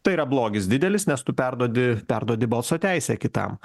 tai yra blogis didelis nes tu perduodi perduodi balso teisę kitam